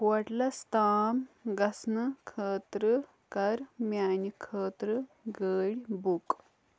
ہوٹلس تام گژھنہٕ خٲطرٕ کر میانہِ خٲطرٕ گٲڑۍ بُک